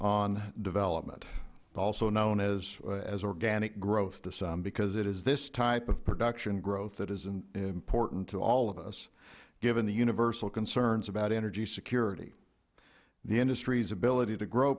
on development also known as organic growth to some because it is this type of production growth that is important to all of us given the universal concerns about energy security the industry's ability to grow